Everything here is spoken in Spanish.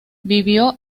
vivió